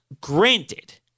granted